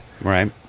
Right